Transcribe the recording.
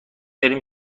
بریم